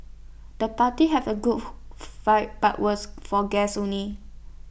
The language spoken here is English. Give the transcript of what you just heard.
the party have A cool vibe but was for guests only